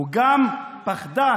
הוא גם פחדן,